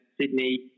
Sydney